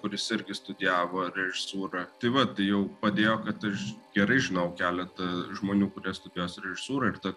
kuris irgi studijavo režisūrą tai vat jau padėjo kad aš gerai žinau keletą žmonių kurie studijuos režisūrą ir ta